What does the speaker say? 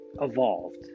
evolved